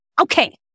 Okay